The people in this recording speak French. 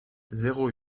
zéro